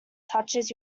touches